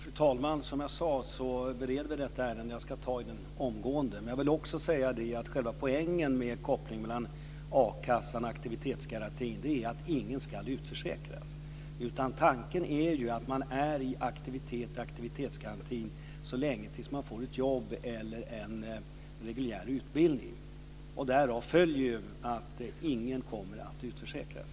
Fru talman! Som jag sade bereds detta ärende. Jag ska ta i det omgående. Själva poängen med kopplingen mellan a-kassan och aktivitetsgarantin är att ingen ska utförsäkras. Tanken är i stället att man är i aktivitet och aktivitetsgarantin fram till dess att man får ett jobb eller en reguljär utbildning. Därav följer att ingen kommer att utförsäkras.